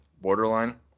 borderline